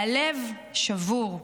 והלב שבור.